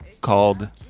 called